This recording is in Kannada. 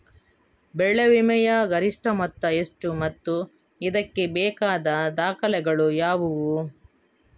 ಬೆಳೆ ವಿಮೆಯ ಗರಿಷ್ಠ ಮೊತ್ತ ಎಷ್ಟು ಮತ್ತು ಇದಕ್ಕೆ ಬೇಕಾದ ದಾಖಲೆಗಳು ಯಾವುವು?